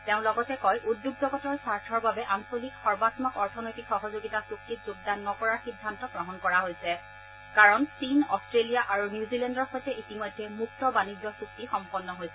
তেওঁ লগতে কয় উদ্যোগ জগতৰ স্বাৰ্থৰ বাবে আঞ্চলিক সৰ্বায়ক অৰ্থনৈতিক সহযোগিতা চুক্তিত যোগদান নকৰাৰ সিদ্ধান্ত গ্ৰহণ কৰা হৈছে কাৰণ চীন অষ্ট্ৰেলিয়া আৰু নিউজিলেণ্ডৰ সৈতে ইতিমধ্যে মুক্ত বাণিজ্য চুক্তি সম্পন্ন হৈছে